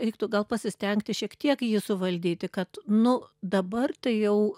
reiktų gal pasistengti šiek tiek jį suvaldyti kad nu dabar tai jau